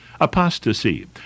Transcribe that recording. apostasy